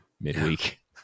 midweek